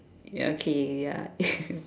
ya okay ya